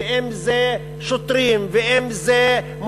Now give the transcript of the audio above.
ואם שוטרים,